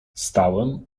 stałem